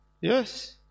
Yes